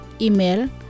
Email